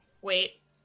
wait